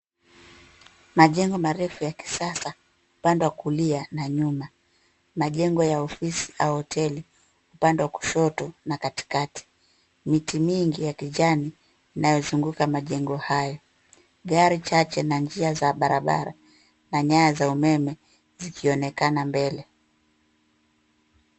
Majengo marefu ya kisasa upande wa kulia na nyuma. Majengo ya ofisi au hoteli upande wa kushoto na katikati. Miti mingi ya kijani inayozunguka majengo haya, gari chache na njia za barabara na nyaya za umeme zikionekana mbele.